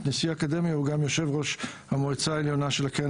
נשיא האקדמיה הוא גם יושב-ראש המועצה העליונה של הקרן